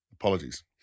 Apologies